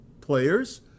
players